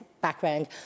background